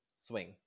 swing